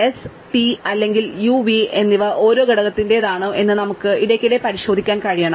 S t അല്ലെങ്കിൽ u v എന്നിവ ഒരേ ഘടകത്തിന്റേതാണോ എന്ന് നമുക്ക് ഇടയ്ക്കിടെ പരിശോധിക്കാൻ കഴിയണം